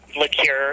liqueur